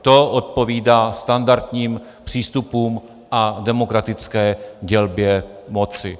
To odpovídá standardním přístupům a demokratické dělbě moci.